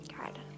God